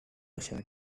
shirts